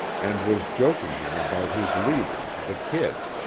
and was joking him about his leader, the kid.